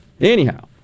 Anyhow